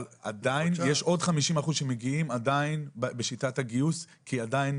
אבל עדיין יש עוד 50% שמגיעים עדיין בשיטת הגיוס כי עדיין